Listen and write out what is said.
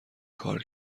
کار